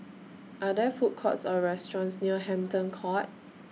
Are There Food Courts Or restaurants near Hampton Court